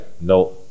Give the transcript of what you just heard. no